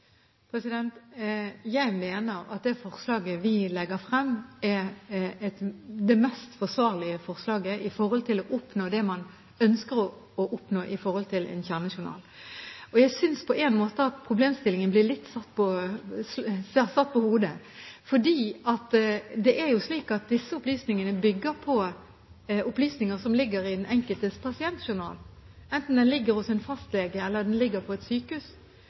oppegående? Jeg mener at det forslaget vi legger frem, er det mest forsvarlige med tanke på å oppnå det man ønsker å oppnå med en kjernejournal. Jeg synes på en måte at problemstillingen blir satt litt på hodet, for det er jo slik at disse opplysningene bygger på opplysninger som ligger i den enkeltes pasientjournal, enten den ligger hos en fastlege, eller den ligger på et sykehus.